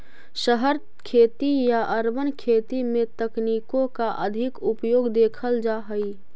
शहरी खेती या अर्बन खेती में तकनीकों का अधिक उपयोग देखल जा हई